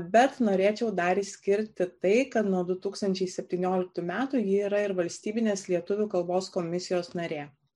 bet norėčiau dar išskirti tai kad nuo du tūkstančiai septynioliktų metų ji yra ir valstybinės lietuvių kalbos komisijos narė